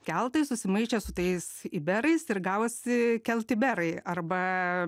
keltai susimaišė su tais iberais ir gavosi keltiberai arba